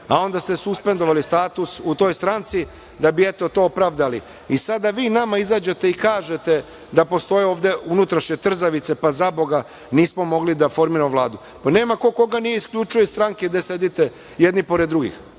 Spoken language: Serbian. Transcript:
a onda ste suspendovali status u toj stranci da bi eto to opravdali i sada vi nama izađete i kažete da postoje ovde unutrašnje trzavice, pa zaboga nismo mogli da formiramo Vladu. Pa nema ko koga nije isključio iz stranke gde sedite jedni pored drugih,